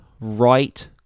right